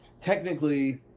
technically